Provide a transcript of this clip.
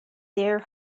their